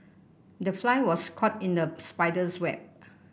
the fly was caught in the spider's web